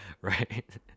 right